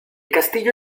castillo